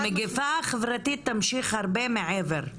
המגיפה החברתית תמשיך הרבה מעבר למגפת הקורונה.